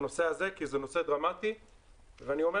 בנושא הזה כי זה נושא דרמטי ואני אומר